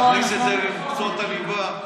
להכניס את זה למקצועות הליבה.